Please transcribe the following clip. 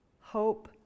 hope